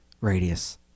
Radius